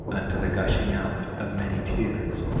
unto the gushing out of many tears,